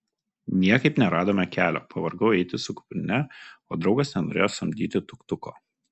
niekaip neradome kelio pavargau eiti su kuprine o draugas nenorėjo samdyti tuk tuko